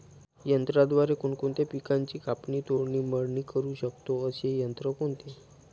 यंत्राद्वारे कोणकोणत्या पिकांची कापणी, तोडणी, मळणी करु शकतो, असे यंत्र कोणते?